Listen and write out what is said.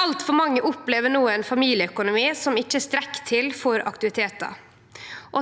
Altfor mange opplever no ein familieøkonomi som ikkje strekkjer til for aktivitetar.